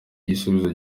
igisubizo